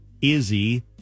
Izzy